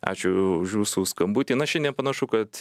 ačiū už jūsų skambutį na šianie panašu kad